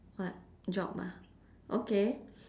what job ah okay